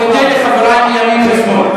אני מודה לחברי מימין ומשמאל.